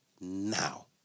Now